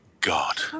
god